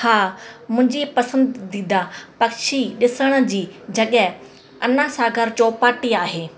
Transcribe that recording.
हा मुंजी पसंदीदा पक्षी ॾिसण जी जॻह आना सागर चौपाटी आहे